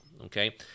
Okay